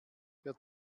der